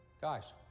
Guys